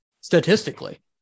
Statistically